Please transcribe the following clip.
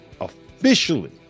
officially